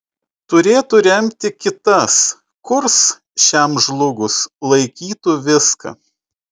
turėtų remti kitas kurs šiam žlugus laikytų viską